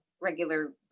regular